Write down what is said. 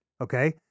Okay